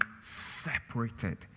separated